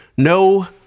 No